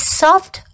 soft